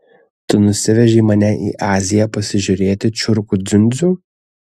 tu nusivežei mane į aziją pasižiūrėti čiurkų dziundzių